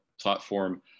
platform